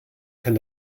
kann